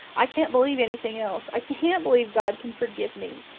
i can't believe anything else. i can't believe god can forgive me.